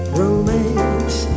romance